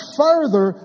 further